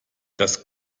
das